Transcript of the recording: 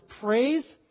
praise